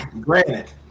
granted